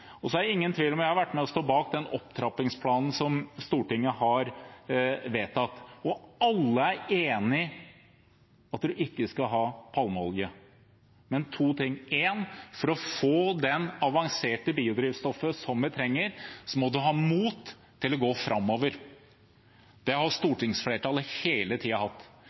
er ingen tvil om at i den opptrappingsplanen jeg har vært med på og står bak, og som Stortinget har vedtatt, er alle enig i at vi ikke skal bruke palmeolje. Men to ting: For å få det avanserte biodrivstoffet som vi trenger, må man ha mot til å gå framover. Det har stortingsflertallet hele tiden hatt.